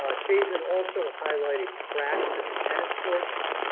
ah chazen also highlighted cracks at the tennis courts.